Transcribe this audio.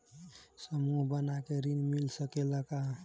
समूह बना के ऋण मिल सकेला का?